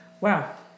Wow